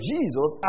Jesus